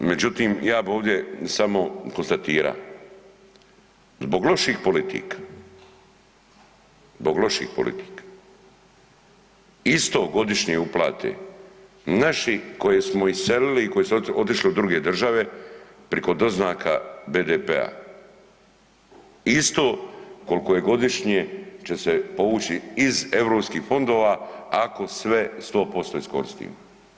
Međutim, ja bi ovdje samo konstatirao, zbog loših politika isto godišnje uplate naši koje smo iselili i koji su otišli u druge države priko doznaka BDP-a, isto koliko je godišnje će se povući iz eu fondova ako sve 100% iskoristimo.